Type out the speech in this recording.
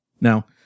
Now